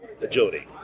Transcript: agility